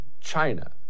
China